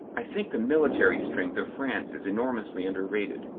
i think the military strength of france is enormously underrated.